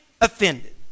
offended